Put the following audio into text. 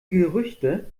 gerüchte